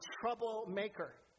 troublemaker